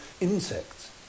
insects